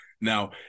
Now